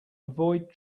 avoid